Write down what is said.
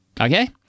Okay